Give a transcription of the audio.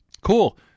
Cool